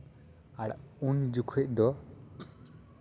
ᱟᱨ ᱩᱱ ᱡᱚᱠᱷᱚᱱ ᱫᱚ